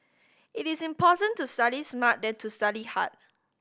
it is important to study smart than to study hard